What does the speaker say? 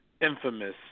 infamous